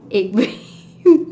egg bread